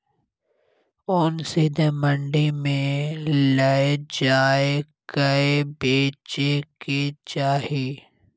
ओन सीधे मंडी मे लए जाए कय बेचे के चाही